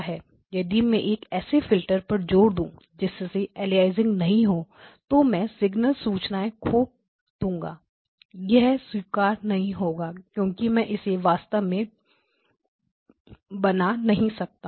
यदि मैं एक ऐसे फिल्टर पर जोर दू जिसमें अलियासिंग नहीं हो तो मैं सिग्नल सूचनाओं को खो दूंगा यह स्वीकार नहीं होगा क्योंकि मैं इसे वास्तव में बना नहीं सकता